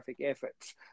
efforts